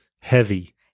heavy